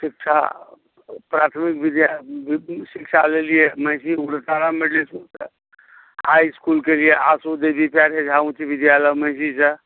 शिक्षा प्राथमीक विद्यालय शिक्षा लेलियै महीषी उग्रतारामे जे छै से हाइ इसकुलके जे आशो देवी प्यारे झा उच्च विद्यालय महीषीसँ